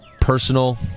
personal